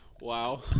Wow